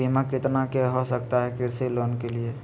बीमा कितना के हो सकता है कृषि लोन के लिए?